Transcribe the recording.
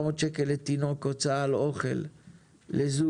700 שקל לתינוק הוצאה על אוכל לזוג,